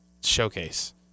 showcase